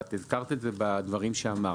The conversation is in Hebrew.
את הזכרת את זה בדברים שאמרת.